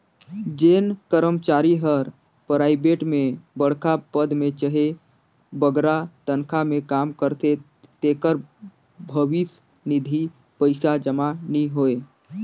जेन करमचारी हर पराइबेट में बड़खा पद में चहे बगरा तनखा में काम करथे तेकर भविस निधि पइसा जमा नी होए